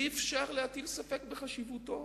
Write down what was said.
שאי-אפשר להטיל ספק בחשיבותו,